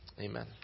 Amen